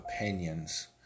opinions